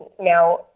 now